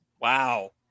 Wow